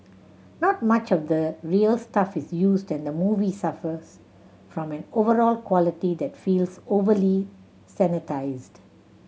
not much of the real stuff is used and the movie suffers from an overall quality that feels overly sanitised